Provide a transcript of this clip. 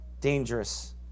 Dangerous